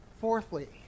Fourthly